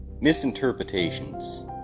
misinterpretations